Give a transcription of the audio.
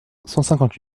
cinquante